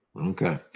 Okay